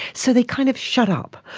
so they kind of shut up.